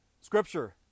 scripture